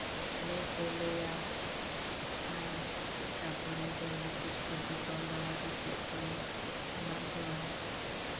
ᱟᱨᱞᱮ ᱛᱚᱞᱮᱭᱟ ᱟᱨ ᱛᱟᱨᱯᱚᱨᱮ ᱫᱚ ᱞᱩᱛᱤ ᱥᱩᱛᱟᱹᱢ ᱛᱮ ᱛᱚᱞ ᱵᱟᱲᱟ ᱠᱟᱛᱮᱫ ᱫᱚ ᱚᱱᱟᱫᱚ